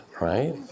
right